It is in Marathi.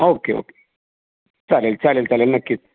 ओके ओके चालेल चालेल चालेल नक्की